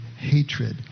hatred